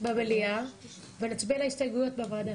הצעת חוק לתיקון פקודת בתי הסוהר (מס' 55 והוראות שעה),